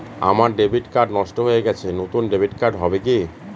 আমার debit card নষ্ট হয়ে গেছে নূতন ডেবিট কার্ড হবে কি?